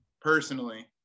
personally